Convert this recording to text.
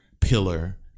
pillar